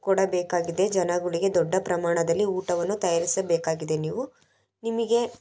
ಕೊಡಬೇಕಾಗಿದೆ ಜನಗಳಿಗೆ ದೊಡ್ಡ ಪ್ರಮಾಣದಲ್ಲಿ ಊಟವನ್ನು ತಯಾರಿಸಬೇಕಾಗಿದೆ ನೀವು ನಿಮಗೆ